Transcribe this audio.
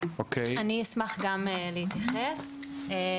אני אשמח גם להתייחס,